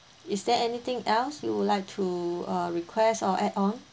is there anything else you would like to uh request or add on